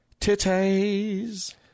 titties